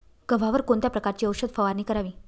गव्हावर कोणत्या प्रकारची औषध फवारणी करावी?